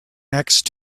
next